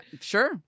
sure